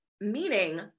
meaning